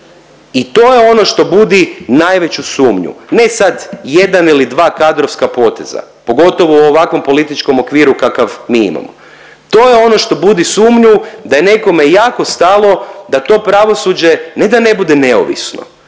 i to je ono što budi najveću sumnju, ne sad jedan ili dva kadrovska poteza, pogotovo u ovakvom političkom okviru kakav mi imamo. To je ono što budi sumnju da je nekome jako stalo da to pravosuđe ne da ne bude neovisno